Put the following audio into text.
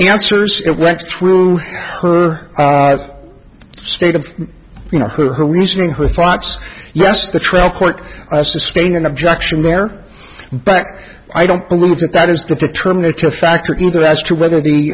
answers it works through her state of you know her reasoning her thoughts yes the trial court i sustain an objection there back i don't believe that that is the determinative factor either as to whether the